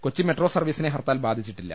Kochi metro സർവ്വീസിനെ ഹർത്താൽ ബാധിച്ചില്ല